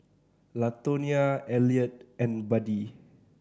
Latonia Eliot and Buddie